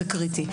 זה קריטי.